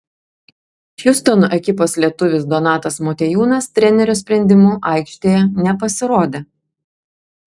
hjustono ekipos lietuvis donatas motiejūnas trenerio sprendimu aikštėje nepasirodė